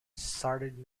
started